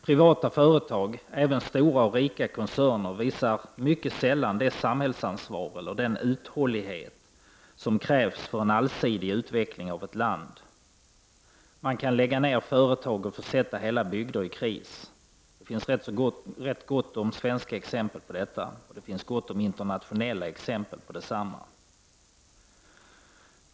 Privata företag, även stora och rika koncerner, visar mycket sällan det samhällsansvar eller den uthållighet som krävs för en allsidig utveckling av ett land. De kan lägga ned företag och försätta hela bygder i kris. Det finns gott om såväl svenska som internationella exempel på detta.